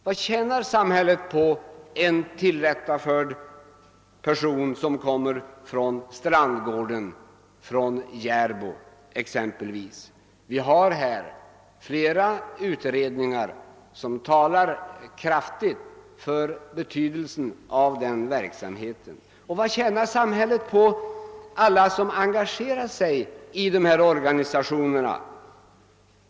Vad tjänar samhället på en tillrättaförd person som kommer från Strandgården eller Järbo? Vi har flera utredningar som visar den verksamhetens stora betydelse. Vad tjänar samhället på alla som engagerar sig i de här organisationerna?